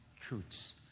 truths